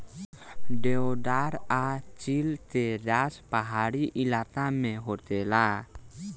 देवदार आ चीड़ के गाछ पहाड़ी इलाका में होखेला